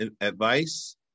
advice